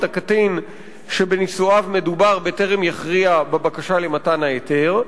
הקטין שבנישואיו מדובר בטרם יכריע בבקשה למתן ההיתר.